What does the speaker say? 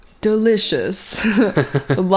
delicious